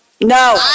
No